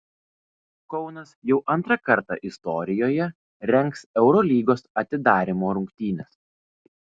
kaunas jau antrą kartą istorijoje rengs eurolygos atidarymo rungtynes